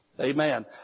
Amen